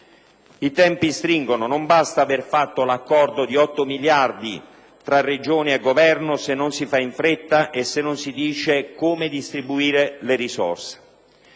I tempi stringono: non basta aver fatto l'accordo da 8 miliardi tra Regioni e Governo, se non si fa in fretta e se non si dice come distribuire le risorse.